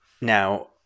Now